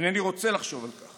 אינני רוצה לחשוב על זה.